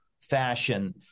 fashion